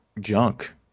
junk